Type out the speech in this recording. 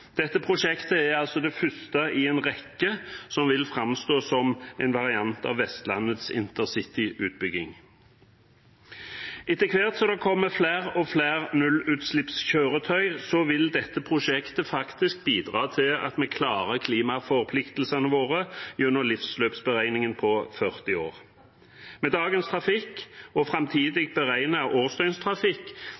Dette prosjektet er det første i en rekke som vil framstå som en variant av Vestlandets intercity-utbygging. Etter hvert som det kommer flere og flere nullutslippskjøretøy, vil dette prosjektet faktisk bidra til at vi klarer klimaforpliktelsene våre gjennom livsløpsberegningen på 40 år. Med dagens trafikk og framtidig